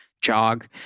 jog